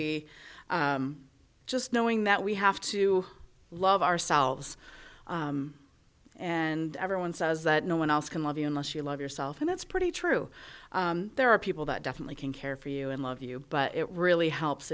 be just knowing that we have to love ourselves and everyone says that no one else can love you unless you love yourself and that's pretty true there are people that definitely can care for you and love you but it really helps